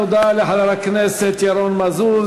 תודה לחבר הכנסת ירון מזוז.